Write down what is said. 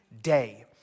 day